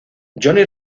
johnny